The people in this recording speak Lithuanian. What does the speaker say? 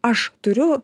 aš turiu